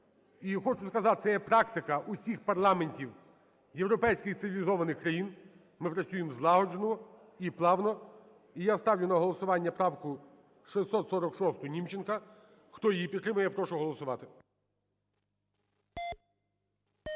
хочу сказати, це є практика всіх парламентів європейських цивілізованих країн. Ми працюємо злагоджено і плавно. І я ставлю на голосування правку 646 Німченка. Хто її підтримує, я прошу голосувати.